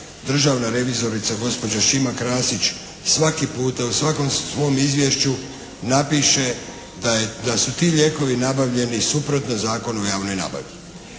Državna revizorica gospođa Šima Krasić svaki puta u svakom svom izvješću napiše da su ti lijekovi nabavljeni suprotno Zakonu o javnoj nabavi.